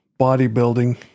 bodybuilding